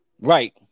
right